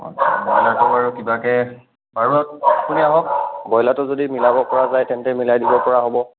ব্ৰইলাৰটো বাৰু কিবাকে বাৰু আপুনি আহক ব্ৰইলাৰটো যদি মিলাব পৰা যায় তেন্তে মিলাই দিব পৰা হ'ব